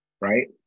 right